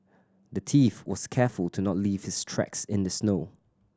the thief was careful to not leave his tracks in the snow